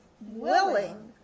willing